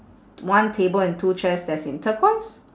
one table and two chairs that's in turquoise